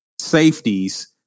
safeties